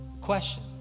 question